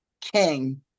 king